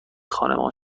خانمان